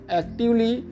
actively